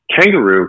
Kangaroo